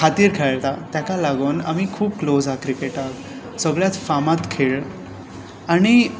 खातीर खेळटा ताकाच लागून आमी खूब क्लोज आसा क्रिकेटाक सगळ्यांत फामाद खेळ आनी